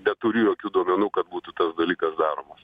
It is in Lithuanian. neturiu jokių duomenų kad būtų tas dalykas daromas